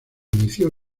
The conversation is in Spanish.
inició